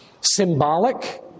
symbolic